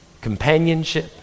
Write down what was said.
companionship